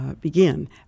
begin